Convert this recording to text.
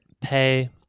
pay